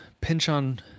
pinch-on